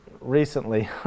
recently